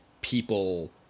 people